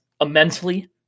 immensely